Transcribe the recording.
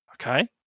Okay